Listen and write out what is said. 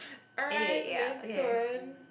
alright next on